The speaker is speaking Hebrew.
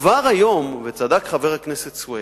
כבר היום, וצדק חבר הכנסת סוייד,